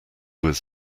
was